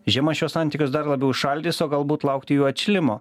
žiema šiuos santykius dar labiau įšaldys o galbūt laukti jų atšilimo